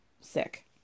Sick